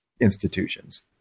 institutions